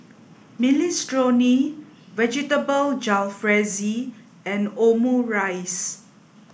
Minestrone Vegetable Jalfrezi and Omurice